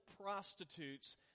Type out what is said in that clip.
prostitutes